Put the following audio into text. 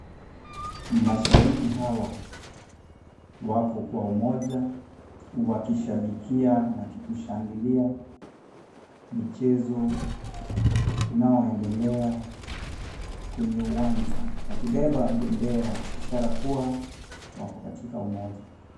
Mashabiki hawa wako kwa umoja wakishabikia na kushangilia mchezo unaoendelea kwenye uwanja, wakibeba bendera ishara kuwa wako katika umoja.